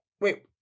Wait